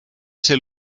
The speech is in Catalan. ser